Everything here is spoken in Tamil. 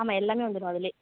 ஆமாம் எல்லாமே வந்துரும் அதுல